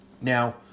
Now